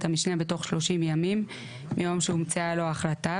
המשנה בתוך שלושים ימים מיום שהומצאה לו ההחלטה,